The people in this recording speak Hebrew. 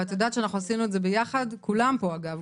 את יודעת שאנחנו עשינו את זה ביחד, כולם פה אגב.